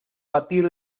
batir